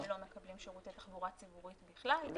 הם לא מקבלים שירותי תחבורה ציבורית בכלל.